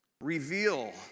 reveal